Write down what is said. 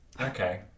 Okay